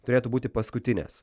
turėtų būti paskutinės